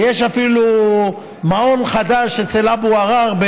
ויש אפילו מעון חדש אצל אבו עראר,